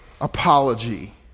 apology